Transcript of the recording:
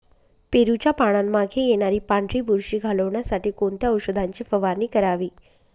पेरूच्या पानांमागे येणारी पांढरी बुरशी घालवण्यासाठी कोणत्या औषधाची फवारणी करावी?